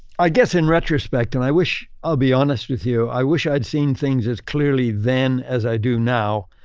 i guess in retrospect, and i wish. i'll be honest with you, i wish i'd seen things as clearly then as i do now.